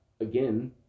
again